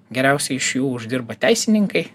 geriausiai iš jų uždirba teisininkai